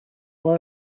will